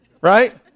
Right